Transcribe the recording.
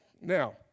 Now